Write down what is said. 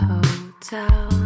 Hotel